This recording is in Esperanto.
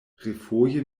refoje